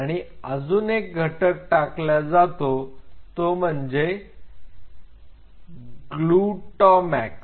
आणि अजून एक घटक टाकला जातो तो म्हणजे ग्लूटामॅक्स